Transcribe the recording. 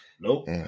Nope